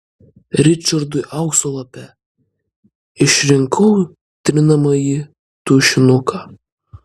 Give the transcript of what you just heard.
ričardui aukso lape išrinkau trinamąjį tušinuką